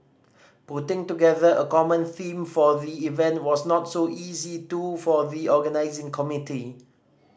putting together a common theme for the event was not so easy too for the organising committee